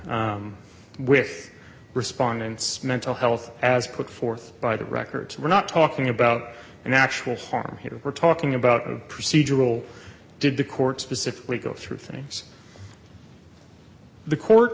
with respondents mental health as put forth by the record we're not talking about an actual harm here we're talking about procedural did the court specifically go through things the court